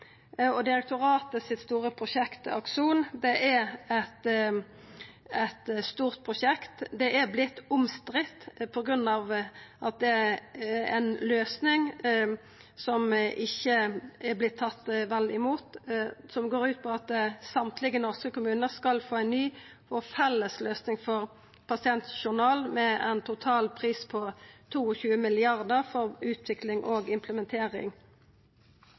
og direktoratet sitt prosjekt Akson er eit stort prosjekt. Det har vorte omstridt på grunn av at det er ei løysing som ikkje har vorte tatt vel imot, som går ut på at alle norske kommunar skal få ei ny og felles løysing for pasientjournal, med ein total pris på 22 mrd. kr for utvikling og implementering.